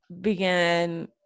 began